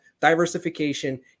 diversification